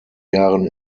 jahren